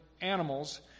animals